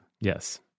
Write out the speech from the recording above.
Yes